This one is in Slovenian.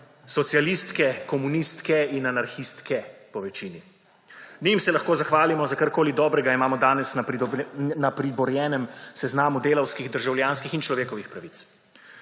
socialistke, komunistke in anarhistke – povečini. Njim se lahko zahvalimo, karkoli dobrega imamo danes na priborjenem seznamu delavskih, državljanskih in človekovih pravic.